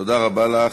תודה רבה לך,